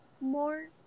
more